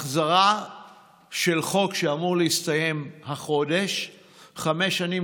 החזרה של חוק שאמור להסתיים החודש חמש שנים